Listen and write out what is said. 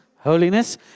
Holiness